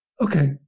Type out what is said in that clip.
Okay